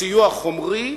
סיוע חומרי,